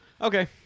okay